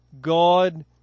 God